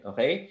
Okay